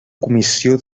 comissió